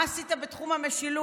מה עשית בתחום המשילות?